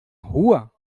rua